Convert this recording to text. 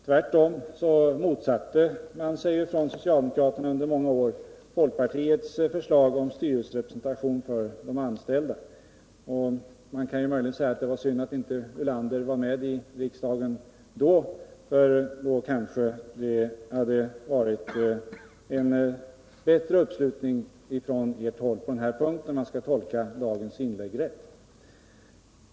Tvärtom motsatte man sig från socialdemokraternas sida under många år folkpartiets förslag om styrelserepresentation för de anställda. Det kan möjligen sägas att det var synd att Lars Ulander inte var med i riksdagen då, för i så fall kanske det hade varit en bättre uppslutning från socialdemokratiskt håll på denna punkt — om jag har tolkat dagens inlägg rätt.